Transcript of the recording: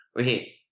okay